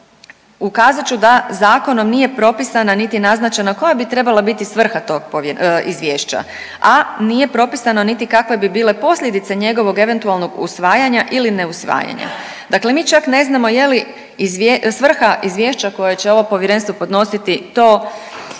ukazat ću da zakonom nije propisana, niti naznačena koja bi trebala biti svrha tog izvješća, a nije propisano niti kakve bi bile posljedice njegovog eventualnog usvajanja ili neusvajanja, dakle mi čak ne znamo je li svrha izvješća koje će ovo povjerenstvo podnositi to